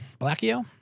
Blackio